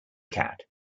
cat